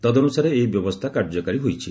ତଦନୁସାରେ ଏହି ବ୍ୟବସ୍ଥା କାର୍ଯ୍ୟକାରୀ ହୋଇଛି